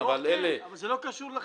אבל זה לא קשור לחלקות.